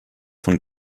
von